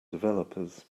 developers